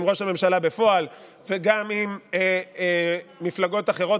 עם ראש הממשלה בפועל וגם עם מפלגות אחרות